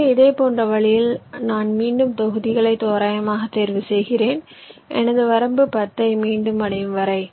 எனவே இதேபோன்ற வழியில் நான் மீண்டும் தொகுதிகளைத் தோராயமாகத் தேர்வு செய்கிறேன் எனது வரம்பு 10 ஐ மீண்டும் அடையும் வரை